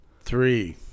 three